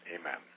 Amen